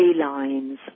lines